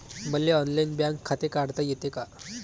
मले online bank खाते काढता येते का?